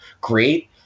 great